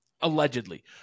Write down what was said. allegedly